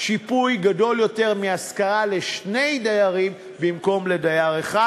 שיפוי גדול יותר מהשכרה לשני דיירים במקום לדייר אחד.